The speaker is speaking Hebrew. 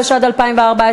התשע"ד 2014,